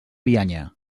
bianya